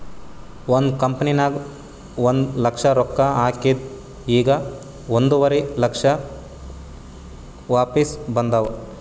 ಒಂದ್ ಕಂಪನಿನಾಗ್ ಒಂದ್ ಲಕ್ಷ ರೊಕ್ಕಾ ಹಾಕಿದ್ ಈಗ್ ಒಂದುವರಿ ಲಕ್ಷ ವಾಪಿಸ್ ಬಂದಾವ್